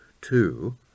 Two